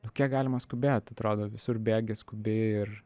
nu kiek galima skubėt atrodo visur bėgi skubi ir